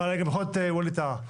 אבל אני גם יכול להיות ווליד טאהא,